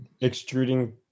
extruding